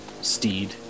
steed